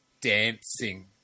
dancing